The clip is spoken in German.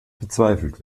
bezweifelt